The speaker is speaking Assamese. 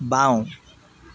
বাওঁ